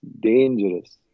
dangerous